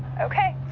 okay.